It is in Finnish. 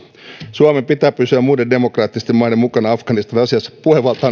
suomen pitää pysyä muiden demokraattisten maiden mukana afganistanissa sillä asiassa puhevalta